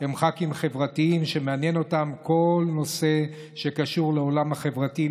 הם ח"כים חברתיים שמעניין אותם כל נושא שקשור לעולם החברתי,